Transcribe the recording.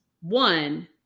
One